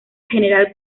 general